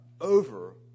over